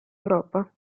europa